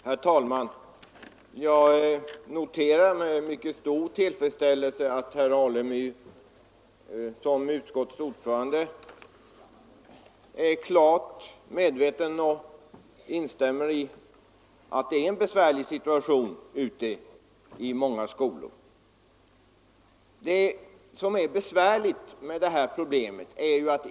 Herr talman! Jag noterar med mycket stor tillfredsställelse att herr Alemyr som utskottets ordförande är klart medveten om att situationen är besvärlig i många skolor.